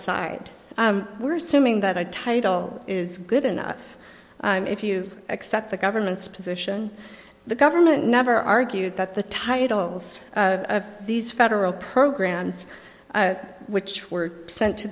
aside we're assuming that a title is good enough if you accept the government's position the government never argued that the titles of these federal programs which were sent to